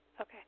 Okay